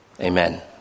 Amen